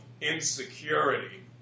insecurity